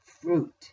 fruit